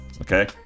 Okay